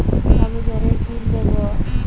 কিভাবে জলের বিল দেবো?